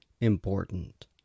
important